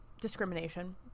discrimination